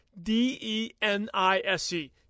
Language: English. D-E-N-I-S-E